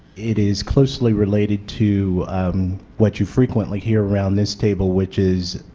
it is closely related to what you frequently hear around this table, which is